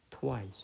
twice